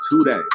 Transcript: today